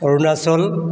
Arunachal